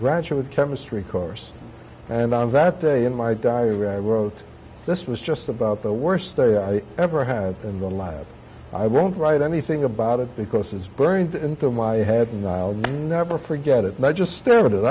graduate chemistry course and on that day in my diary i wrote this was just about the worst day i ever had online i won't write anything about it because it's burned into my head never forget it but i just stare at it